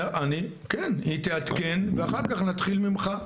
כן, היא תעדכן ואחר כך נתחיל ממך.